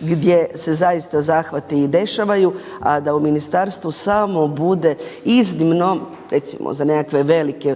gdje se zaista zahvati i dešavaju, a da u ministarstvu samo bude iznimno recimo za nekakve velike